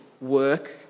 work